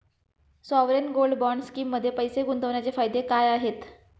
Sovereign gold bond स्कीममध्ये पैसे गुंतवण्याचे फायदे काय आहेत?